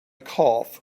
cough